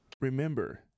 Remember